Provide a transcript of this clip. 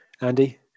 Andy